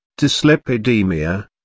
dyslipidemia